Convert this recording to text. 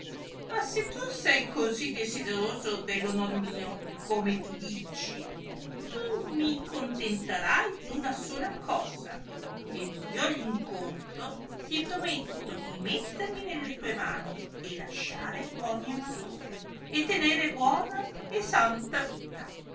ma se tu sei così desideroso dell onor mio come tu dici tu mi contentarai d una sola cosa ed io all incontro ti prometto di mettermi nelle tue mani e lasciare ogni amatore e tenere buona e santa vita